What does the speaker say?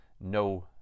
no